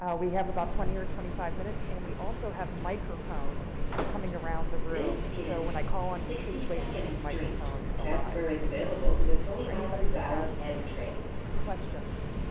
ah we have about twenty or twenty five minutes. and we also have microphones coming around the room. so when i call on you, please wait until the microphone arrives. is there anybody that has questions?